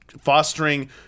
fostering